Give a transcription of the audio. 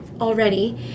Already